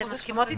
אתן מסכימות אתי,